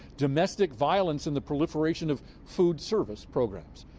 domestic violence, and the proliferation of food service programs.